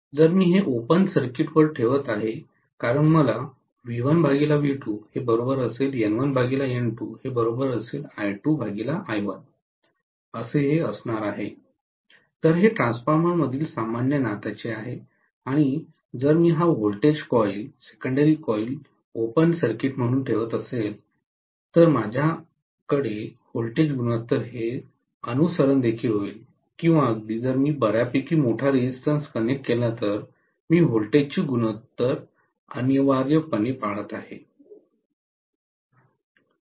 जर मी हे ओपन सर्किट वर ठेवत आहे कारण मला असणार आहे तर हे ट्रान्सफॉर्मरमधील सामान्य नात्याचे आहे आणि जर मी हा voltage coil secondary coil open circuit म्हणून ठेवत असेल तर माझ्यामध्ये व्होल्टेज गुणोत्तर हे अनुसरण देखील होईल किंवा अगदी जर मी बर्यापैकी मोठा रेझिस्टन्स कनेक्ट केला तर मी व्होल्टेजचे गुणोत्तर अनिवार्यपणे पाळत आहे